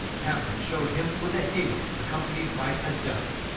pamphlets showed him with a halo accompanied by a dove,